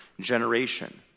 generation